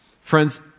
Friends